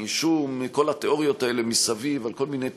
שוב, כל התיאוריות האלה מסביב על כל מיני תרגילים,